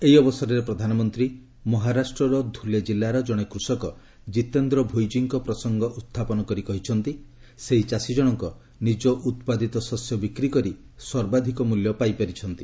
ଏହି ଅବସରରେ ପ୍ରଧାନମନ୍ତ୍ରୀ ମହାରାଷ୍ଟ୍ରର ଧୁଲେ ଜିଲ୍ଲାର ଜଣେ କୃଷକ ଜିତେନ୍ଦ୍ର ଭୋଇଜୀଙ୍କ ପ୍ରସଙ୍ଗ ଉତ୍ଥାପନ କରି କହିଛନ୍ତି ସେହି ଚାଷୀ ଜଣକ ନିଜ ଉତ୍ପାଦିତ ଶସ୍ୟ ବିକ୍ରି କରି ସର୍ବାଧକ ମଲ୍ୟ ପାଇପାରିଛନ୍ତି